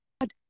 god